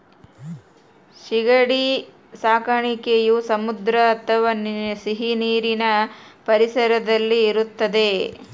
ಸೀಗಡಿ ಸಾಕಣೆಯು ಸಮುದ್ರ ಅಥವಾ ಸಿಹಿನೀರಿನ ಪರಿಸರದಲ್ಲಿ ಇರುತ್ತದೆ